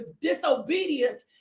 disobedience